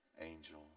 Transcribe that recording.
angel